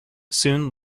soon